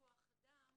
כוח אדם